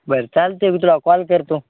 बरं चालते मी तुला कॉल करतो